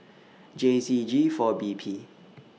J Z G four B P